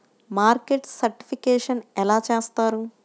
Market certification ఎలా చేస్తారు?